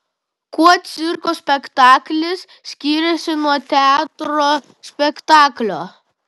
kuo cirko spektaklis skiriasi nuo teatro spektaklio